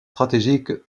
stratégiques